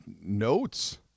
notes